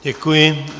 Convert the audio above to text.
Děkuji.